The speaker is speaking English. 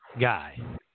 guy